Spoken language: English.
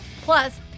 Plus